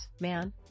man